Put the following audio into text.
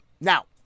Now